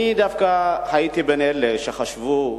אני דווקא הייתי בין אלה שחשבו,